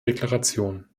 deklaration